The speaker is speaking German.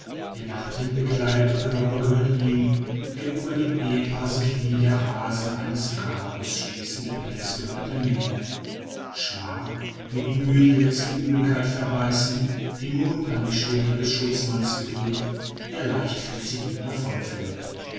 der nachthemdbekleidete körper gehört ihm der über dem ehepaar sich wie der rasen eines grabes schließende pelz gehört der menge schmar mit mühe die letzte übelkeit verbeißend den mund an die schulter des schutzmannes gedrückt der leichtfüßig ihn